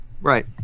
right